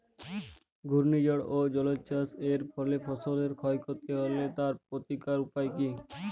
ঘূর্ণিঝড় ও জলোচ্ছ্বাস এর ফলে ফসলের ক্ষয় ক্ষতি হলে তার প্রতিকারের উপায় কী?